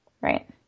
Right